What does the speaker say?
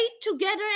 together